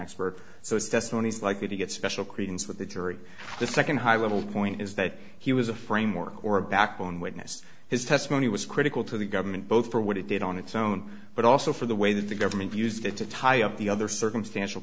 expert so it's testimony is likely to get special credence with the jury the second high level point is that he was a framework or a backbone witness his test he was critical to the government both for what it did on its own but also for the way that the government used it to tie up the other circumstantial